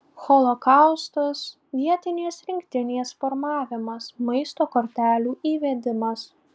holokaustas vietinės rinktinės formavimas maisto kortelių įvedimas